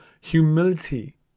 humility